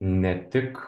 ne tik